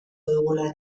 dugula